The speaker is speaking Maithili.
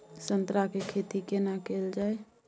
संतरा के खेती केना कैल जाय?